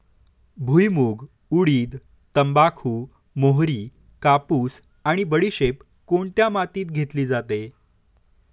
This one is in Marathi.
भुईमूग, उडीद, तंबाखू, मोहरी, कापूस आणि बडीशेप कोणत्या मातीत घेतली जाते?